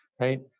right